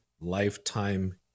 lifetime